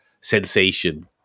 sensation